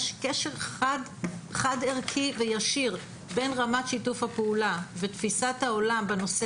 יש קשר חד-חד-ערכי וישיר בין רמת שיתוף הפעולה ותפיסת העולם בנושא